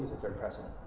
the third precedent?